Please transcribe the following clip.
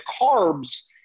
carbs